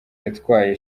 yatwaye